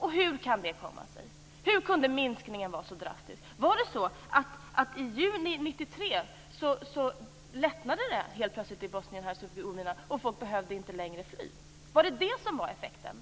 Hur kunde det komma sig? Hur kunde minskningen bli så drastisk? Var det så att det i juni 1993 helt plötsligt blev en lättnad i Bosnien Hercegovina så att folk inte längre behövde fly? Var det detta som var effekten?